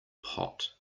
pot